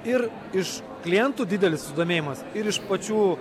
ir iš klientų didelis susidomėjimas ir iš pačių